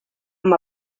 amb